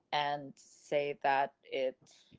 and say that it